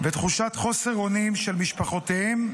בתחושת חוסר אונים של משפחותיהם,